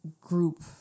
group